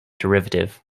derivative